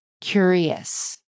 curious